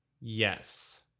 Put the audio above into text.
Yes